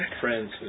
Friends